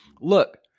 look